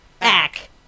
Back